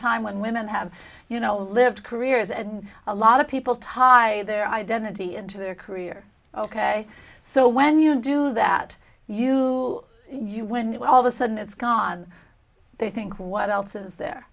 time when women have you know lived careers and a lot of people to hide their identity into their career ok so when you do that you you win it all the sudden it's gone they think what else is there